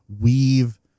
weave